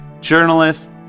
journalists